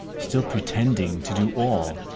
still pretending to do all,